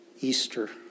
Easter